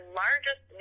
largest